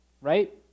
right